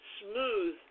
smooth